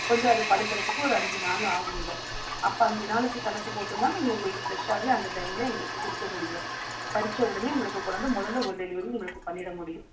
கொஞ்சம் அது பழுக்குறத்துக்கு ஒரு அஞ்சு நாள் ஆகும்ங்க அப்போ அஞ்சு நாளுக்கு கணக்கு போட்டுன்னா நாங்கள் உங்களுக்கு ஃப்ரெஷ்ஷாகவே அந்த டைமில் எங்களுக்கு கொடுக்க முடியும் பறித்த உடனே உங்களுக்கு கொண்டாந்து முதல்ல ஒரு டெலிவரி உங்களுக்கு பண்ணிட முடியும்